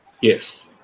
Yes